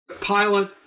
pilot